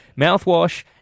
Mouthwash